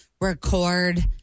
record